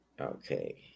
Okay